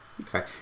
Okay